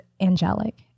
angelic